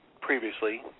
previously